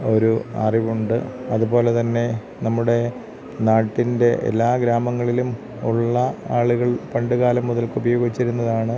ഒരു അറിവുണ്ട് അതുപോലെ തന്നെ നമ്മുടെ നാട്ടിൻ്റെ എല്ലാ ഗ്രാമങ്ങളിലും ഉള്ള ആളുകൾ പണ്ട് കാലം മുതൽക്ക് ഉപയോഗിച്ചിരുന്നതാണ്